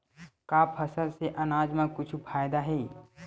का फसल से आनाज मा कुछु फ़ायदा हे?